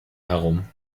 herum